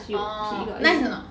orh nice or not